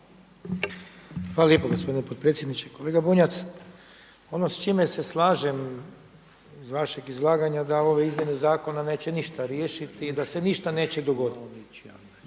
Hvala lijepo gospodine potpredsjedniče. Kolega Bunjac, ono s čime se slažem iz vašeg izlaganja da ove izmjene zakona neće ništa riješiti i da se ništa neće dogoditi.